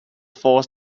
force